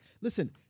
Listen